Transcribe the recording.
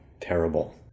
terrible